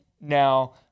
Now